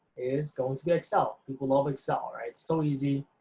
is going to excel. people love excel, right? it's so easy,